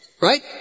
Right